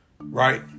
right